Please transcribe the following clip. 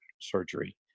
surgery